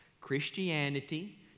Christianity